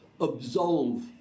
absolve